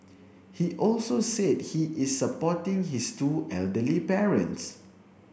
he also said he is supporting his two elderly parents